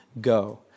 go